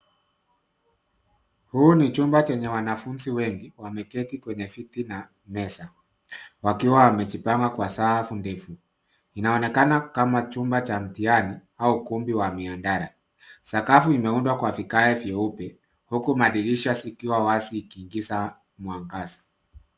Huu ni chumba chenye wanafunzi wengi, wameketi kwenye viti na meza, wakiwa wamejipanga kwa safu ndefu. Inaonekana kama chumba cha mtihani, au ukumbi wa mihadhara. Sakafu imeundwa kwa vigae vyeupe, huku madirisha zikiwa wazi ikiingiza mwangaza.